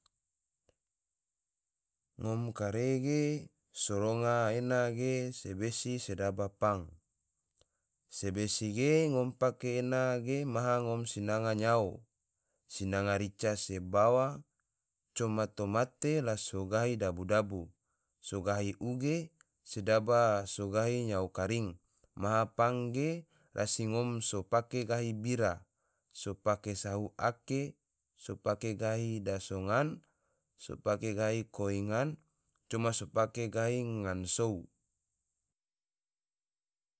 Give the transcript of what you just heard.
Ngom kare ge so ronga ena ge sebesi sedaba pang, sebesi ge ngom pake ena ge maha ngom sinanga nayo, sinanga rica se bawang coma tomate la so gahi dabu-dabu, so gahi uge se daba so gahi nyao karing. maha pang ge rasi ngom so pake gahi bira, so pake sau ake, so pake gahi daso ngan, so pake gahi koi ngan coma so pake gahi ngan sou